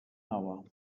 hour